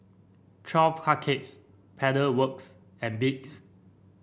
Twelve Cupcakes Pedal Works and Beats